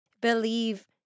believe